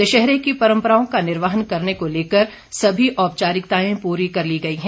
दशहरे की परम्पराओं का निर्वहन करने को लेकर सभी औपचारिकताएं पूरी कर ली गई है